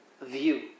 view